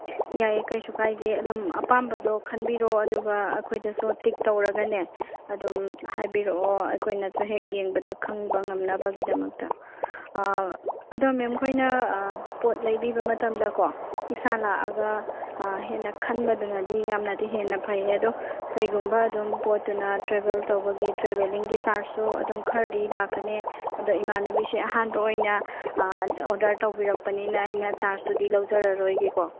ꯌꯥꯏꯌꯦ ꯀꯩꯁꯨ ꯀꯥꯏꯗꯦ ꯑꯗꯨꯝ ꯑꯄꯥꯝꯕꯗꯣ ꯈꯟꯕꯤꯔꯣ ꯑꯗꯨꯒ ꯑꯩꯈꯣꯏꯗꯁꯨ ꯇꯤꯛ ꯇꯧꯔꯒꯅꯦ ꯑꯗꯨꯝ ꯍꯥꯏꯕꯤꯔꯛꯑꯣ ꯑꯩꯈꯣꯏꯅꯁꯨ ꯍꯦꯛ ꯌꯦꯡꯕꯗ ꯈꯪꯕ ꯉꯝꯅꯕꯒꯤꯗꯃꯛꯇ ꯑꯗꯣ ꯃꯦꯝ ꯈꯣꯏꯅ ꯄꯣꯠ ꯂꯩꯕꯤꯕ ꯃꯇꯝꯗꯀꯣ ꯏꯁꯥ ꯂꯥꯛꯑꯒ ꯍꯦꯟꯅ ꯈꯟꯕꯗꯨꯅꯗꯤ ꯌꯥꯝꯅꯗꯤ ꯍꯦꯟꯅ ꯐꯩ ꯑꯗꯣ ꯀꯩꯒꯨꯝꯕ ꯑꯗꯨꯝ ꯄꯣꯠꯇꯨꯅ ꯇ꯭ꯔꯦꯕꯦꯜ ꯇꯧꯕꯒꯤ ꯇ꯭ꯔꯦꯕꯦꯂꯤꯡꯒꯤ ꯆꯥꯔꯖꯁꯨ ꯑꯗꯨꯝ ꯈꯔꯗꯤ ꯂꯥꯛꯀꯅꯤ ꯑꯗꯣ ꯏꯃꯥꯟꯅꯕꯤꯁꯦ ꯑꯍꯥꯟꯕ ꯑꯣꯏꯅ ꯑꯣꯔꯗꯔ ꯇꯧꯕꯤꯔꯛꯄꯅꯤꯅ ꯑꯩꯅ ꯆꯥꯔꯖꯇꯨꯗꯤ ꯂꯧꯖꯔꯔꯣꯏꯒꯦꯀꯣ